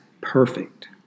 perfect